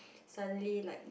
suddenly like